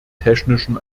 technischen